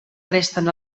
resten